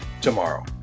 tomorrow